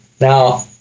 Now